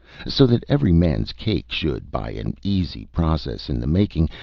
so that every man's cake should, by an easy process in the making,